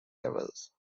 levels